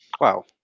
wow